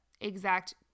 exact